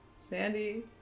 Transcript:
Sandy